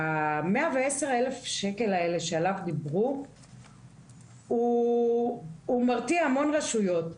שה-110,000 שקלים האלה שעליהם דיברו מרתיע המון רשויות.